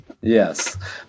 Yes